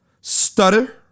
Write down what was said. Stutter